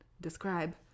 describe